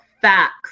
Facts